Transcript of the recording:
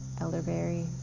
elderberry